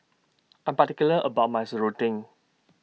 I'm particular about My Serunding